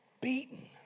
beaten